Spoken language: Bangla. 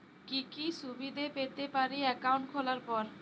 কি কি সুবিধে পেতে পারি একাউন্ট খোলার পর?